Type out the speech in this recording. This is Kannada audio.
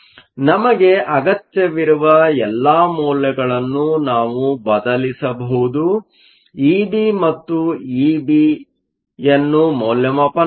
ಆದ್ದರಿಂದ ನಮಗೆ ಅಗತ್ಯವಿರುವ ಎಲ್ಲಾ ಮೌಲ್ಯಗಳನ್ನು ನಾವು ಬದಲಿಸಬಹುದು ಮತ್ತು ಇಬಿ ಮತ್ತು ಇಬಿ ಅನ್ನು ಮೌಲ್ಯಮಾಪನ ಮಾಡಿ